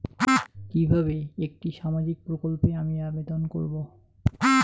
কিভাবে একটি সামাজিক প্রকল্পে আমি আবেদন করব?